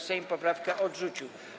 Sejm poprawkę odrzucił.